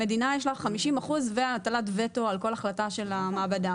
למדינה יש חמישים אחוזים והטלת וטו על כל החלטה של המעבדה.